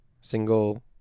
single